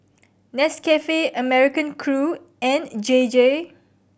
Nescafe American Crew and J J